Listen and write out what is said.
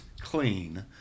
clean